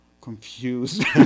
confused